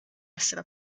essere